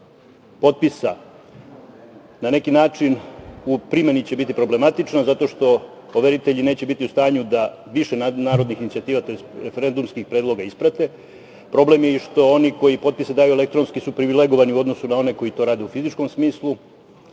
potpisa, na neki način u primeni će biti problematično zato što overitelji neće biti u stanju da više narodnih inicijativa, tj. referendumskih predloga isprate. Problem je i što oni koji popise daju elektronski su privilegovani u odnosu na one koji to rade u fizičkom smislu. Naravno